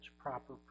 proper